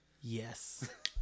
Yes